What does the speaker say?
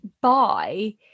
buy